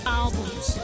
albums